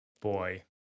Boy